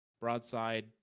broadside